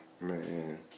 Man